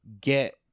get